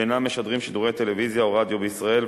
שאינם משדרים שידורי טלוויזיה או רדיו בישראל,